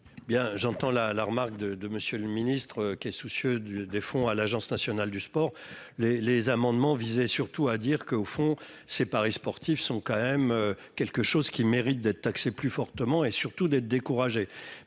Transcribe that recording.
j'entends la la remarque de Monsieur le Ministre, qui est soucieux du des fonds à l'Agence nationale du sport les les amendements visait surtout à dire que, au fond, ces paris sportifs sont quand même quelque chose qui mérite d'être taxé plus fortement, et surtout d'être découragé